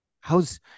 How's